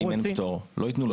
אם אין פטור, לא יתנו דירה חדשה.